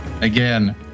again